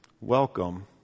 welcome